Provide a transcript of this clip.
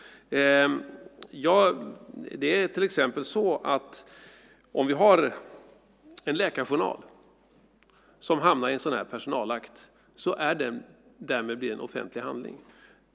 Om till exempel en läkarjournal hamnar i en sådan här personakt är den därmed en offentlig handling.